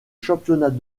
championnat